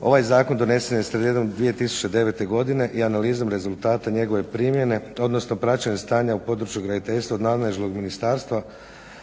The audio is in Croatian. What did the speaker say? Ovaj Zakon donesen je sredinom 2009. godine i analizom rezultata njegove primjene, odnosno praćenja stanja u području graditeljstva od nadležnog ministarstva